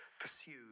pursued